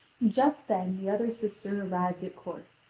just then the other sister arrived at court,